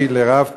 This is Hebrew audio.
היושבת-ראש,